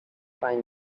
find